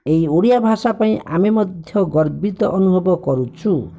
ଏହି ଓଡ଼ିଆ ଭାଷା ପାଇଁ ଆମେ ମଧ୍ୟ ଗର୍ବିତ ଅନୁଭବ କରୁଛୁ